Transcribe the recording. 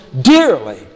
dearly